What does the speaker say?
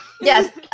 yes